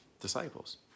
disciples